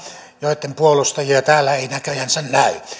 joitten puolustajia täällä ei näköjänsä näy